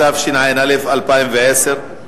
התשע"א 2010,